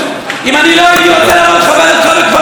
אם אני לא הייתי רוצה לבוא לכבד אותך בכפר קאסם,